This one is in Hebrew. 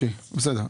בסדר.